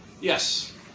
Yes